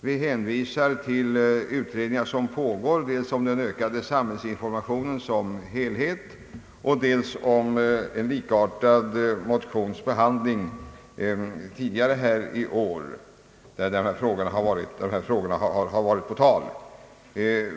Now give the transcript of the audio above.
Vi hänvisar till pågående utredningar om den ökade samhällsinformationen som helhet och till att en motion med likartat innehåll tidigare behandlats i år.